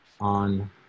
on